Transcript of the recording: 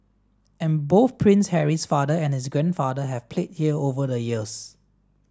and both Prince Harry's father and his grandfather have played here over the years